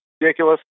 ridiculous